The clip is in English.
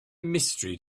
mystery